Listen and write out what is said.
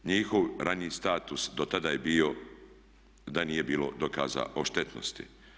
Njihov raniji status do tada je bio da nije bilo dokaza o štetnosti.